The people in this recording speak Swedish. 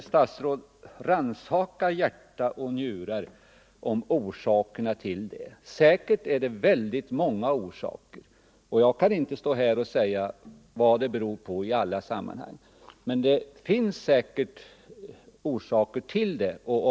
Rannsaka hjärta och njurar, herr statsråd, om orsakerna till det! Säkert finns det många anledningar. Jag kan inte stå här och säga vad det beror på i alla sammanhang, det finns säkert skäl till att de står tomma.